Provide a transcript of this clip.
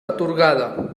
atorgada